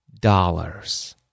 dollars